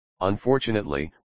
Unfortunately